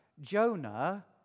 Jonah